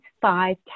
five